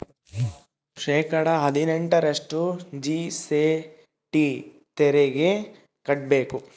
ಶೇಕಡಾ ಹದಿನೆಂಟರಷ್ಟು ಜಿ.ಎಸ್.ಟಿ ತೆರಿಗೆ ಕಟ್ಟ್ಬೇಕು